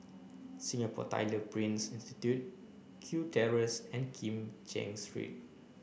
Singapore Tyler Print Institute Kew Terrace and Kim Cheng Street